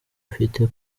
ufite